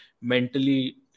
mentally